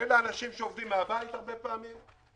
אלה אנשים שעובדים מהבית הרבה פעמים.